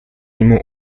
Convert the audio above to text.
нему